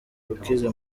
ukize